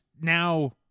now